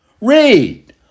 Read